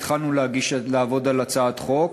התחלנו לעבוד על הצעת חוק,